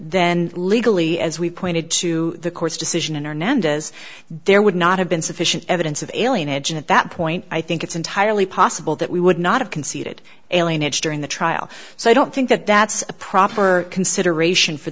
then legally as we pointed to the court's decision and hernandez there would not have been sufficient evidence of alien edge at that point i think it's entirely possible that we would not have conceded alienates during the trial so i don't think that that's a proper consideration for